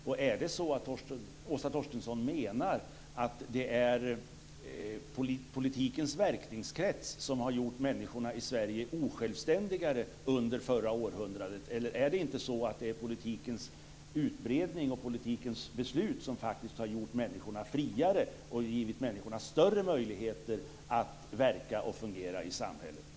Menar Åsa Torstensson att det är politikens verkningskrets som har gjort människorna i Sverige osjälvständigare under förra århundradet? Har inte politikens utbredning och politikens beslut faktiskt gjort människorna friare och givit dem större möjligheter att verka och fungera i samhället?